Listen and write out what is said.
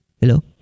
Hello